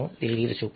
હું દિલગીર છું